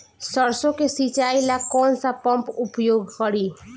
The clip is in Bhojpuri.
सरसो के सिंचाई ला कौन सा पंप उपयोग करी?